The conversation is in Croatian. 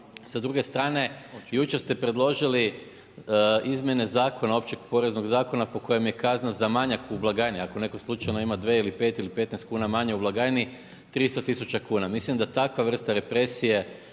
Sa druge strane, jučer ste predložili izmjene Zakona općeg poreznog Zakona po kojem je kazna za manjak u blagajni, ako netko slučajno ima 2 ili 5 ili 15 kuna manje u blagajni, 300 tisuća kuna. Mislim da takva vrsta represije